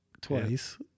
Twice